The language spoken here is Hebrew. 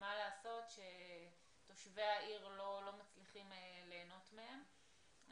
ומה לעשות שתושבי העיר לא מצליחים ליהנות מהם,